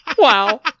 wow